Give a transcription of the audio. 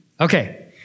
Okay